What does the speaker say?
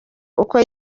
uko